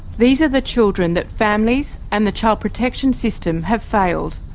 these are the children that families and the child protection system have failed.